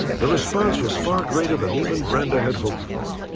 the response was far greater than even brenda had hoped for.